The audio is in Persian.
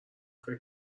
فکر